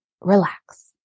relax